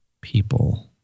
People